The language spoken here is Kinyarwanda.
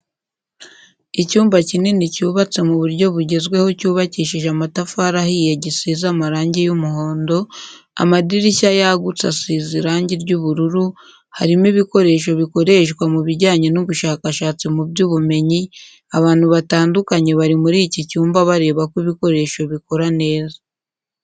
Icyumba kinini cyubatse mu buryo bugezweho cyubakishije amatafari ahiye gisize amarangi y'umuhondo, amadirishya yagutse asize irangi ry'ubururu, harimo ibikoresho bikoreshwa mu bijyanye n'ubushakashatsi mu by'ubumenyi, abantu batandukanye bari muri iki cyumba bareba ko ibikoresho bikora neza.